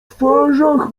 twarzach